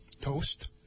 Toast